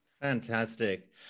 Fantastic